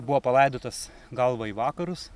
buvo palaidotas galva į vakarus